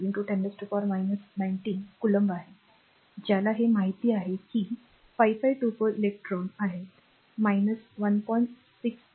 602 10 19 coulomb आहे ज्याला हे माहित आहे की 5524 इलेक्ट्रॉन आहेत 1